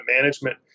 management